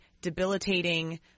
debilitating